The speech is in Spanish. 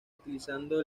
utilizando